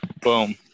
boom